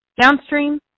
downstream